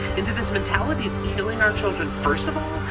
into this mentality of killing our children first of all,